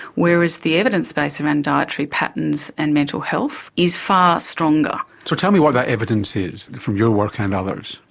whereas the evidence base around dietary patterns and mental health is far stronger. so tell me what that evidence is, from your work and others.